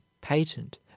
patent